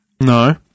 No